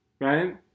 Right